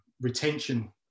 retention